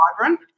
vibrant